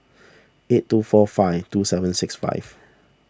eight two four five two seven six five